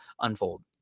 unfold